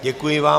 Děkuji vám.